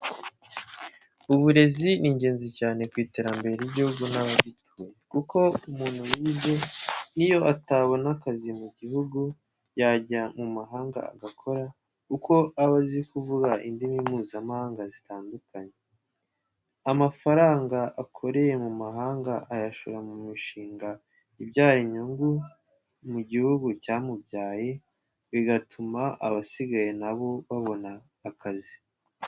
Uburezi ni ingenzi cyane ku iterambere ry'igihugu n'abagituye, kuko umuntu wize n'iyo atabona akazi mu gihugu yajya mu mahanga agakora, kuko aba azi kuvuga indimi mpuzamahanga zitandukanye. Amafaranga akoreye mu mahanga ayashora mu mishinga ibyara inyungu cyamubyaye bigatuma abasigaye na bo babona akazi.